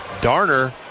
Darner